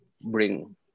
bring